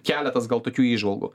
keletas gal tokių įžvalgų